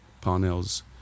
Parnell's